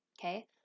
Okay